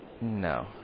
No